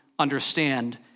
understand